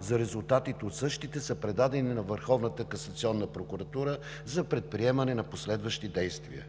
за резултатите от същите, са предадени на Върховната касационна прокуратура за предприемане на последващи действия.